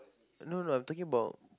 no no I'm talking about